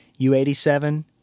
U87